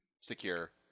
secure